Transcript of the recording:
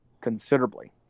considerably